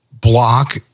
block